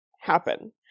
happen